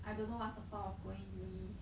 I don't know what's the point of going uni